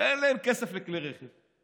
שאין להם כסף לכלי רכב.